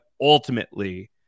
ultimately